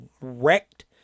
wrecked